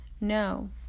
No